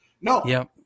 No